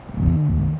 mm